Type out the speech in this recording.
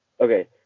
okay